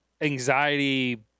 anxiety